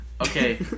Okay